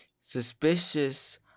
suspicious